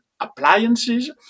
appliances